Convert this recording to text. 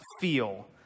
feel